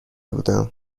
بودم